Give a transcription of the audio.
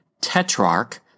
Tetrarch